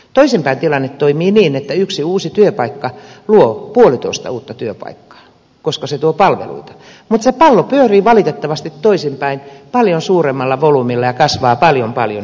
toisinpäin tilanne toimii niin että yksi uusi työpaikka luo puolitoista uutta työpaikkaa koska se tuo palveluita mutta se pallo pyörii valitettavasti toisinpäin paljon suuremmalla volyymillä ja kasvaa paljon paljon isommaksi